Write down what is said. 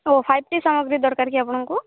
ଓ fifty ସାମଗ୍ରୀ ଦରକାର କି ଆପଣଙ୍କୁ